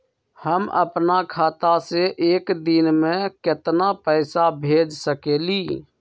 हम अपना खाता से एक दिन में केतना पैसा भेज सकेली?